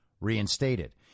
reinstated